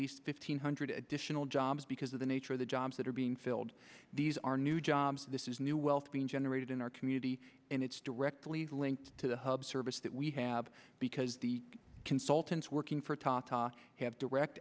least fifteen hundred additional jobs because of the nature of the jobs that are being filled these are new jobs this is new wealth being generated in our community and it's directly linked to the hub service that we have because the consultants working for tata have direct